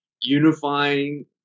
unifying